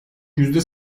yüzde